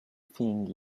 think